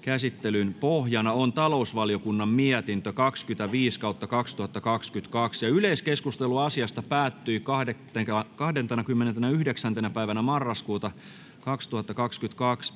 Käsittelyn pohjana on hallintovaliokunnan mietintö HaVM 27/2022 vp. Yleiskeskustelu asiasta päättyi 29.11.2022